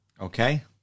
Okay